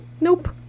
Nope